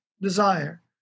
desire